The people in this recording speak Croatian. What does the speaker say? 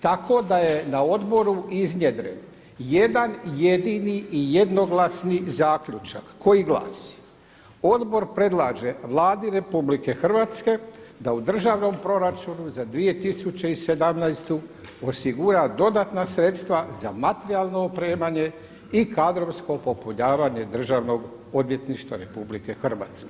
Tako da je na odboru iznjedren jedan jedini i jednoglasni zaključak koji glasi Odbor predlaže Vladi RH da u državnom proračunu za 2017. osigura dodatna sredstva za materijalno opremanje i kadrovsko popunjavanje Državnog odvjetništva RH.